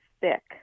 thick